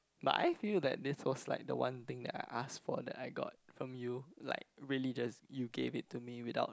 but I feel that this was like the one thing that I asked for that I got from you like really just you gave it to me without